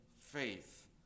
faith